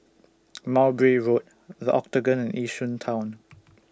Mowbray Road The Octagon and Yishun Town